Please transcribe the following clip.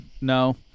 no